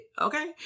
Okay